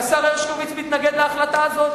והשר הרשקוביץ מתנגד להחלטה הזאת,